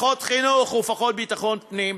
ופחות חינוך ופחות ביטחון פנים,